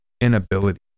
inability